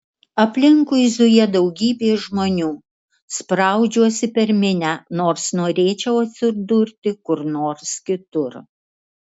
aplinkui zuja daugybė žmonių spraudžiuosi per minią nors norėčiau atsidurti kur nors kitur